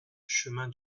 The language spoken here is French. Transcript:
chemin